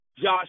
Josh